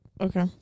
Okay